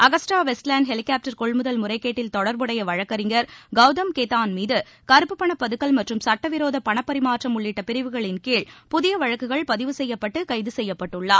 Agusta Westland helicopter கொள்முதல் முறைகேட்டில் தொடர்புடைய வழக்கறிஞர் கௌதம் கேதான் மீது கருப்புப்பண பதுக்கல் மற்றும் சட்டவிரோத பணபரிமாற்றம் உள்ளிட்ட பிரிவுகளின் கீழ் புதிய வழக்குகள் பதிவு செய்யப்பட்டு கைது செய்யப்பட்டுள்ளார்